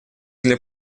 для